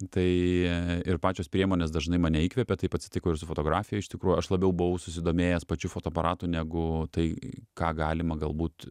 tai ir pačios priemonės dažnai mane įkvepia taip atsitiko ir su fotografija iš tikrųjų aš labiau buvau susidomėjęs pačiu fotoaparatu negu tai ką galima galbūt